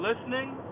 listening